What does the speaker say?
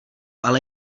ale